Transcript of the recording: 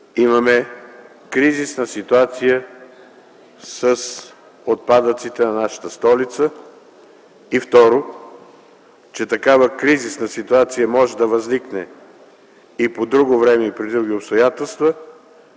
имаме кризисна ситуация с отпадъците на нашата столица и второ, че такава кризисна ситуация може да възникне и по друго време и при други обстоятелства